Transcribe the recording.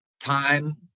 time